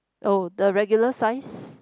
oh the regular size